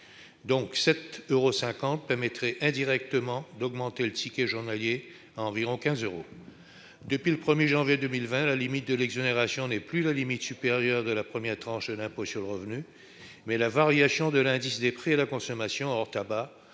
à 7,50 euros permettrait donc indirectement d'augmenter le ticket journalier à environ 15 euros. Depuis le 1 janvier 2020, la limite d'exonération n'est plus la limite supérieure de la première tranche de l'impôt sur le revenu, mais la variation de l'indice des prix à la consommation hors tabac